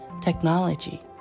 technology